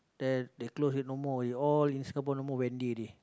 then they close already no more already all in Singapore no more Wendy already